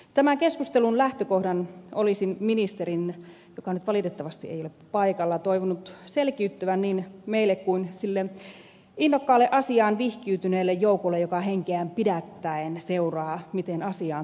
tämän keskustelun lähtökoh dan olisin ministerin joka nyt valitettavasti ei ole paikalla toivonut selkiyttävän niin meille kuin sille innokkaalle asiaan vihkiytyneelle joukolle joka henkeään pidättäen seuraa miten asiaan täällä suhtaudutaan